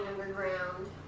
underground